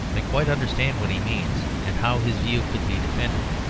i quite understand what he means, and how his view could be defended.